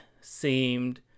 seemed